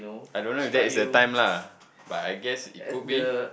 I don't know if that is the time lah but I guess it could be